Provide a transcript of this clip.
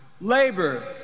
labor